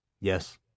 yes